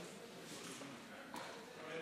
חבריי חברי הכנסת, מכובדיי